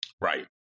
right